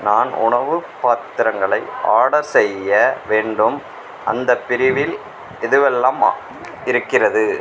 நான் உணவு பாத்திரங்களை ஆர்டர் செய்ய வேண்டும் அந்தப் பிரிவில் எதுவெல்லாம் ம இருக்கிறது